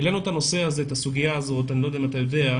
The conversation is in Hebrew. העלינו את הנושא הזה, אני לא יודע אם אתה יודע,